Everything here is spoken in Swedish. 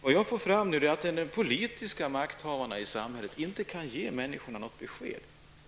Det jag får fram nu är att de politiska makthavarna i samhället inte kan ge människorna något besked.